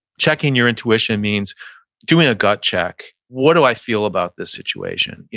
checking your intuition means doing a gut check. what do i feel about this situation?